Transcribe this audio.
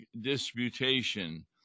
Disputation